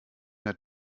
mehr